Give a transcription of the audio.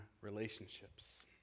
relationships